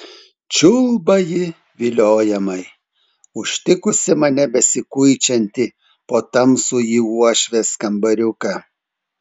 čiulba ji viliojamai užtikusi mane besikuičiantį po tamsųjį uošvės kambariuką